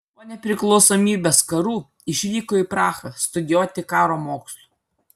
po nepriklausomybės karų išvyko į prahą studijuoti karo mokslų